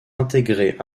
intégrée